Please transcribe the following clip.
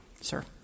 Sir